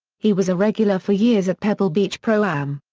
he was a regular for years at pebble beach pro-am.